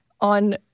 on